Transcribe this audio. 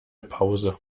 pause